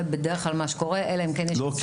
זה בדרך כלל מה שקורה אלא אם כן יש --- לא,